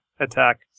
attack